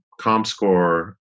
Comscore